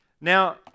Now